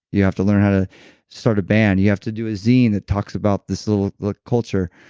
you have to learn how to start a band, you have to do a zen that talks about this little like culture.